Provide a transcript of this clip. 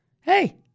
hey